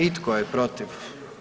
I tko je protiv?